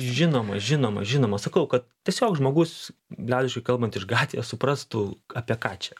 žinoma žinoma žinoma sakau kad tiesiog žmogus liaudiškai kalbant iš gatvės suprastų apie ką čia